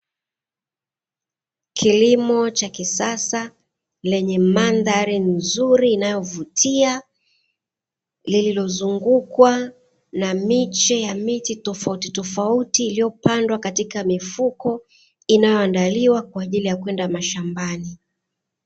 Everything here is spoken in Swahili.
Kilimo cha kisasa, lenye mandhari nzuri inayovutia, lililozungukwa na miche ya miti tofauti tofauti iliyopandwa katika mifuko, inayoandaliwa kwaajili ya kwenda mashambani.